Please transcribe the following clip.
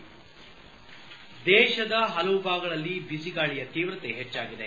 head ದೇಶದ ಹಲವು ಭಾಗಗಳಲ್ಲಿ ಬಿಸಿಗಾಳಿಯ ತೀವ್ರತೆ ಹೆಚ್ಚಾಗಿದೆ